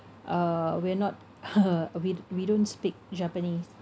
uh we're not we d~ we don't speak japanese